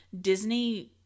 Disney –